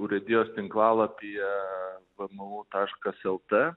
urėdijos tinklalapyje vmu taškas el ta